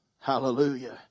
hallelujah